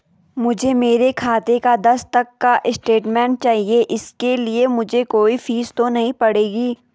मुझे मेरे खाते का दस तक का स्टेटमेंट चाहिए इसके लिए मुझे कोई फीस तो नहीं पड़ेगी?